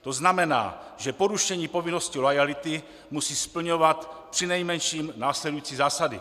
To znamená, že porušení povinnosti loajality musí splňovat přinejmenším následující zásady.